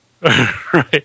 Right